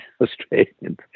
Australians